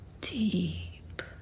Deep